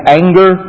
anger